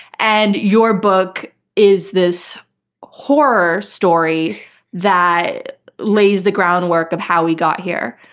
and your book is this horror story that lays the groundwork of how we got here.